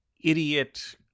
idiot